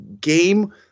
game